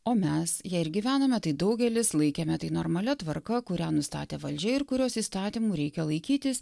o mes ja ir gyvenome tai daugelis laikėme tai normalia tvarka kurią nustatė valdžia ir kurios įstatymų reikia laikytis